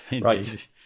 Right